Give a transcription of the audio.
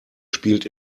spielt